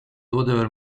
other